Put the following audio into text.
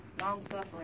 long-suffering